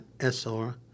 sr